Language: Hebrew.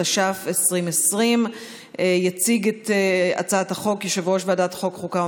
התש"ף 2020. יציג את הצעת החוק יושב-ראש ועדת החוקה,